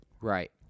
Right